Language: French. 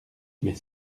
mais